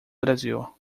brasil